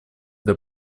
для